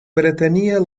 pretenia